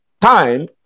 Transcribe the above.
time